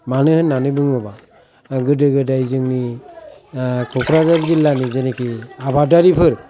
मानो होननानै बुङोबा गोदो गोदाय जोंनि क'क्राझार जिल्लानि जेरेकि आबादारिफोर